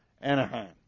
Anaheim